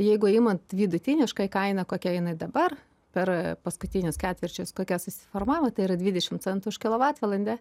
jeigu imant vidutiniškai kainą kokia jinai dabar per paskutinius ketvirčius kokia susiformavo tai yra dvidešim centų už kilovatvalandę